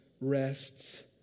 rests